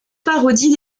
parodie